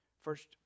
First